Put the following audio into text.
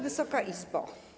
Wysoka Izbo!